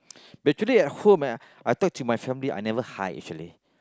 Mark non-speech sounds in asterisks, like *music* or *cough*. *noise* but actually at home eh I talk to my family I never hide actually